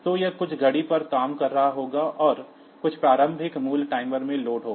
तो यह कुछ घड़ी पर काम कर रहा होगा और कुछ प्रारंभिक मूल्य टाइमर में लोड होगा